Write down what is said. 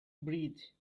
breeze